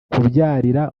kubyarira